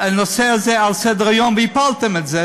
הנושא הזה על סדר-היום והפלתם את זה.